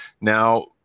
Now